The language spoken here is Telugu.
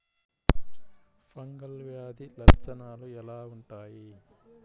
ఫంగల్ వ్యాధి లక్షనాలు ఎలా వుంటాయి?